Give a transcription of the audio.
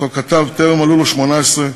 שאותו כתב בטרם מלאו לו 18,